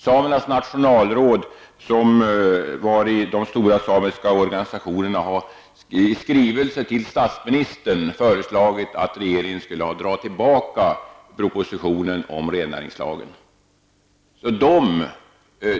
Samernas nationalråd och de stora samiska organisationerna har i skrivelse till statsministern föreslagit att regeringen drar tillbaka propositionen om rennäringslagen.